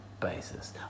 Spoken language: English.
basis